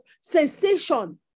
sensation